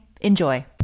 Enjoy